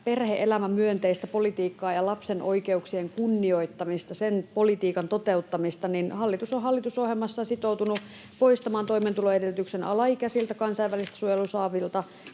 perhe-elämämyönteistä politiikkaa ja lapsen oikeuksien kunnioittamista, sen politiikan toteuttamista, hallitus on hallitusohjelmassa sitoutunut poistamaan toimeentuloedellytyksen alaikäisiltä kansainvälistä suojelua saavilta